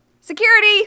Security